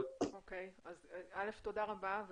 תודה רבה.